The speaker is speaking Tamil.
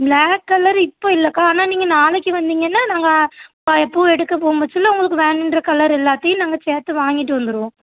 ப்ளாக் கலரு இப்போ இல்லைக்கா ஆனால் நீங்கள் நாளைக்கு வந்தீங்கன்னால் நாங்கள் பூ எடுக்க போகும்போது வேணால் உங்களுக்கு வேணுங்ற கலரு எல்லாத்தையும் நாங்கள் சேர்த்து வாங்கிகிட்டு வந்துடுவோம்